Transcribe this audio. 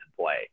play